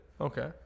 Okay